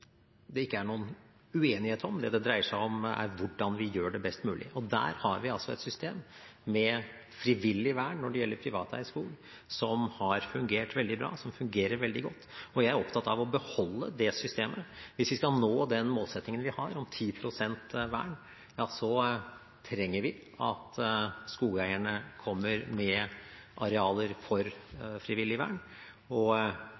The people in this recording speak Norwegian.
det ikke er noen uenighet om. Det det dreier seg om, er hvordan vi gjør det best mulig. Der har vi altså et system med frivillig vern når det gjelder privateid skog, som har fungert veldig bra, og som fungerer veldig godt, og jeg er opptatt av å beholde det systemet. Hvis vi skal nå den målsettingen vi har om 10 pst. vern, trenger vi at skogeierne kommer med arealer for frivillig vern, og